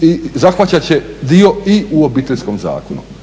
i zahvaćat će dio i u Obiteljskom zakonu.